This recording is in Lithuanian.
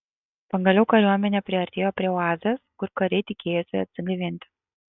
pagaliau kariuomenė priartėjo prie oazės kur kariai tikėjosi atsigaivinti